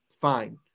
fine